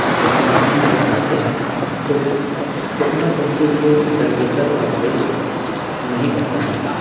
نقصان بھی اٹھاتے ہیں تو وہ اتنا ان کے لیے درد سر کا باعث نہیں بن رہا ہے